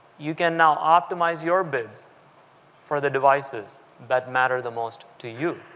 you can now optimize your bids for the devices that matter the most to you,